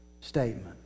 statement